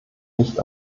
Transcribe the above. nicht